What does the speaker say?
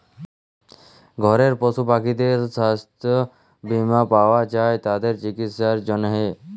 ঘরের পশু পাখিদের ছাস্থ বীমা পাওয়া যায় তাদের চিকিসার জনহে